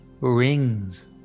rings